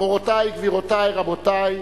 מורותי, גבירותי, רבותי,